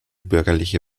bürgerliche